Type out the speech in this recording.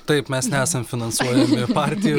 taip mes nesam finansuojami partijų